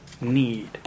need